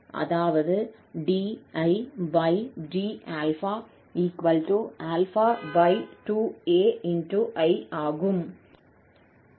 அதாவது dId∝ 2aI ஆகும்